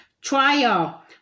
trial